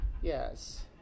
Yes